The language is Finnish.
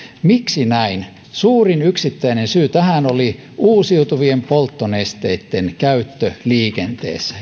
miksi näin suurin yksittäinen syy tähän oli uusiutuvien polttonesteitten käyttö liikenteessä